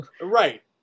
Right